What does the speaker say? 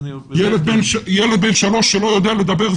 ילד בן שלוש שלא יודע לדבר,